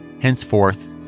Henceforth